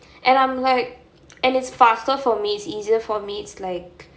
and I'm like and it's faster for me it's easier for me it's like